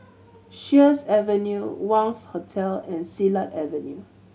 Sheares Avenue Wangz Hotel and Silat Avenue